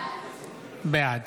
בעד